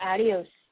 Adios